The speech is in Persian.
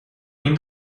این